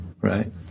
Right